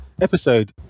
episode